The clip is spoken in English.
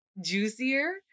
Juicier